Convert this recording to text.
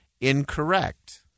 incorrect